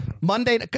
Monday